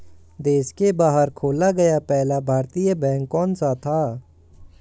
देश के बाहर खोला गया पहला भारतीय बैंक कौन सा था?